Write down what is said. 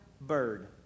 bird